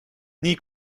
nii